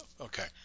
Okay